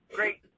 Great